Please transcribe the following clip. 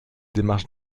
démarche